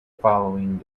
following